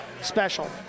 special